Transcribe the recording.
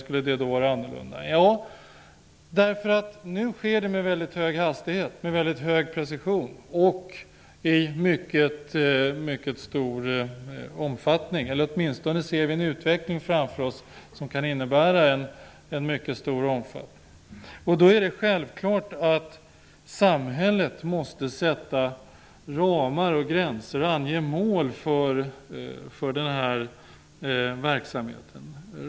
Ja, därför att detta nu sker med väldigt hög hastighet, med precision och i mycket stor omfattning -- åtminstone ser vi en utveckling framför oss som kan innebära en mycket stor omfattning. Då är det självklart att samhället måste sätta ramar och gränser samt ange mål för den här verksamheten.